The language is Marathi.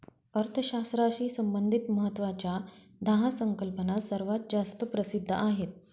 अर्थशास्त्राशी संबंधित महत्वाच्या दहा संकल्पना सर्वात जास्त प्रसिद्ध आहेत